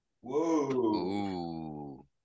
Whoa